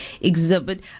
exhibit